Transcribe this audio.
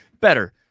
Better